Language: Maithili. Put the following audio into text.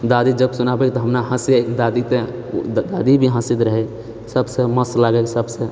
दादी जब सुनाबए तऽहम ने हँसिये दादी तऽ दादी भी हँसैत रहै सबसे मस्त लागै सबसँ